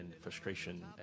frustration